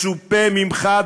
מצופה ממך,